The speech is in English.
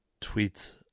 tweets